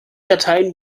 dateien